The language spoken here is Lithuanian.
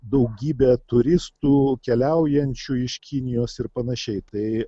daugybė turistų keliaujančių iš kinijos ir panašiai tai